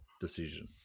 decision